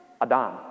Adam